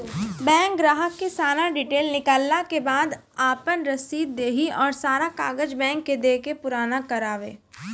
Bank ग्राहक के सारा डीटेल निकालैला के बाद आपन रसीद देहि और सारा कागज बैंक के दे के पुराना करावे?